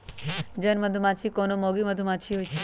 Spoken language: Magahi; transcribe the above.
जन मधूमाछि कोनो मौगि मधुमाछि होइ छइ